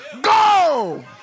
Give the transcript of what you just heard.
Go